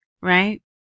right